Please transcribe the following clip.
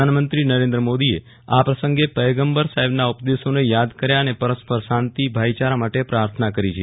પ્રધાનમંત્રી નરેન્દ્ર મો દીએ આ પ્રસંગે પયગંબર સાહેબના ઉપદેશો ને યાદ કયા ્ અને પરસ્પર શાંતિ ભાઇચારા માટે પ્રાથ ્ના કરી છે